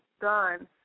done